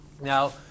Now